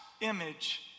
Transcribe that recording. image